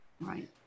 right